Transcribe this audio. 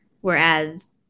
Whereas